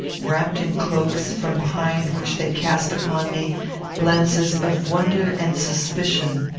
wrapped in cloaks, from behind which they cast upon me glances of wonder and suspicion,